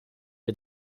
wir